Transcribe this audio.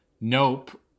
Nope